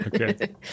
Okay